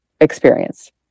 experience